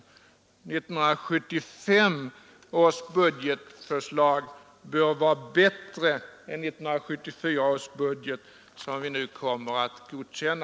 1975 års budgetförslag bör vara bättre än 1974 års budget, som vi nu kommer att godkänna.